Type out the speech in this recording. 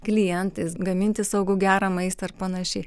klientais gaminti saugų gerą maistą ir panašiai